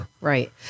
right